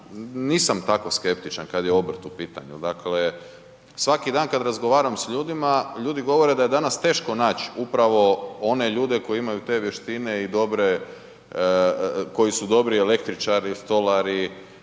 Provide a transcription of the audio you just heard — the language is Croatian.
nisam tako skeptičan kad je obrt u pitanju, dakle svaki dan kad razgovaram s ljudima, ljudi govore da je danas teško nać upravo one ljude koji imaju te vještine i dobre i koji su dobri električari, stolari